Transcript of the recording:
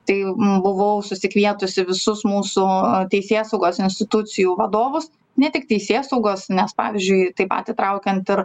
tai buvau susikvietusi visus mūsų teisėsaugos institucijų vadovus ne tik teisėsaugos nes pavyzdžiui taip pat įtraukiant ir